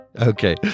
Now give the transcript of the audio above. okay